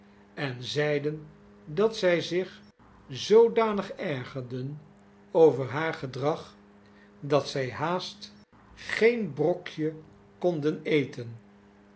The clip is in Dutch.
en zeiden dat zij zich zoodanig ergerden over haar gedrag dat zij haast geen brokje konden eten